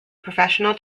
professional